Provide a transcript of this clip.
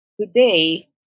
Today